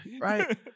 Right